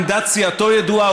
עמדת סיעתו ידועה,